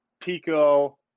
Pico